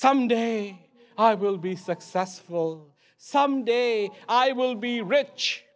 someday i will be successful someday i will be rich